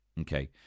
okay